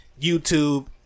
YouTube